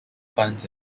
funds